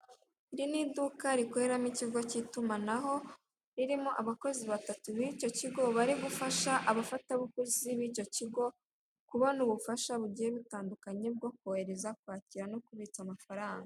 Iri ni iduka rikoreramo ikigo cy'itumanaho, ririmo abakozi batatu b'icyo kigo bari gufasha abafatabuguzi b'icyo kigo kubona ubufasha bugiye butandukanye bwo kohereza, kwakira no kubitsa amafaranga.